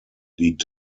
liegt